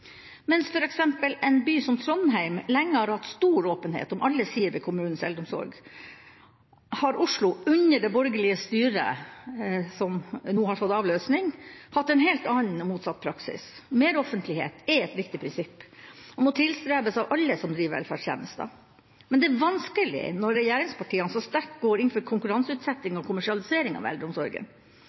Mens f. eks en by som Trondheim lenge har hatt stor åpenhet om alle sider ved kommunens eldreomsorg, har Oslo, under det borgerlige styret, som nå har fått avløsning, hatt en helt annen og motsatt praksis. Mer offentlighet er et viktig prinsipp og må tilstrebes av alle som driver velferdstjenester, men det er vanskelig når regjeringspartiene så sterkt går inn for konkurranseutsetting og kommersialisering av eldreomsorgen.